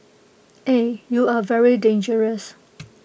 eh you are very dangerous